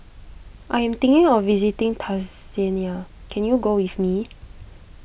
I am thinking of visiting Tanzania can you go with me